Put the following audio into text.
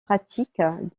pratiques